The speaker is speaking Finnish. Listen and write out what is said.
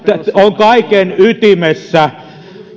on kaiken ytimessä